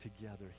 together